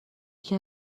یکی